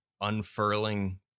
unfurling